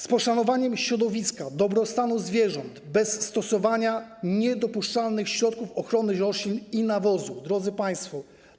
Z poszanowaniem środowiska, dobrostanu zwierząt, bez stosowania niedopuszczalnych środków ochrony roślin i nawozów, drodzy państwo.